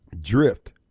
drift